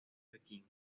pekín